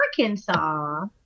arkansas